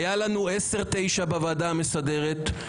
איזה זיכרון קצר יש לכם?